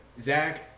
Zach